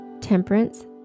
temperance